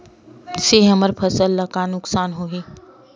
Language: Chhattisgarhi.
से हमर फसल ला नुकसान होही?